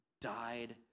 died